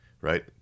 right